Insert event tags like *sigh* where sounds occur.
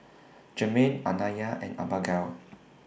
*noise* Germaine Anaya and Abagail